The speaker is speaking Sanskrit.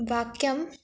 वाक्यम्